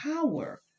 power